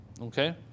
Okay